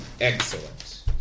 Excellent